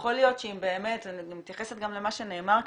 יכול להיות שאם באמת אני מתייחסת גם למה שנאמר כאן,